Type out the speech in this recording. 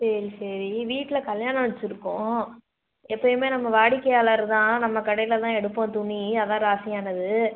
சரி சரி வீட்டில் கல்யாணம் வச்சுருக்கோம் எப்பயுமே நம்ம வாடிக்கையாளர் தான் நம்ம கடையில் தான் எடுப்போம் துணி அதான் ராசியானது